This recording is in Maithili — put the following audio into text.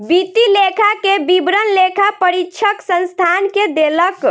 वित्तीय लेखा के विवरण लेखा परीक्षक संस्थान के देलक